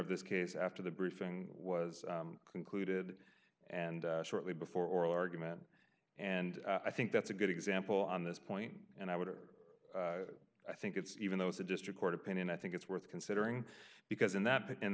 of this case after the briefing was concluded and shortly before oral argument and i think that's a good example on this point and i would or i think it's even though it's a district court opinion i think it's worth considering because in that